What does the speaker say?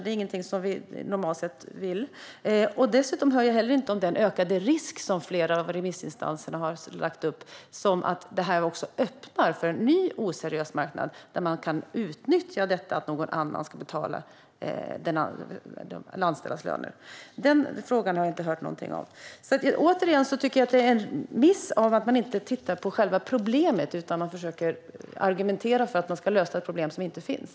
Det är inget som vi normalt sett vill ha. Dessutom hör jag inget om den ökade risk som flera av remissinstanserna har pekat på: att detta öppnar för en ny oseriös marknad, där man kan utnyttja detta att någon annan ska betala de anställdas löner. Den frågan har jag inte hört någonting om. Återigen tycker jag att det är en miss att man inte tittar på själva problemet utan försöker argumentera för att lösa ett problem som inte finns.